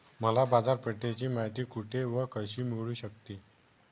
मला बाजारपेठेची माहिती कुठे व कशी मिळू शकते?